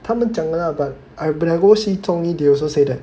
他们讲的啦 but I've when I go see 中医 they also say that